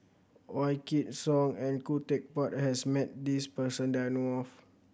Wykidd Song and Khoo Teck Puat has met this person that I know of